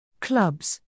Clubs